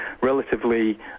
relatively